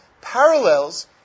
parallels